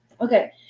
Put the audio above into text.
Okay